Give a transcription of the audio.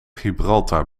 gibraltar